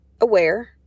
aware